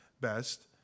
best